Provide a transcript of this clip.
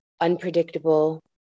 unpredictable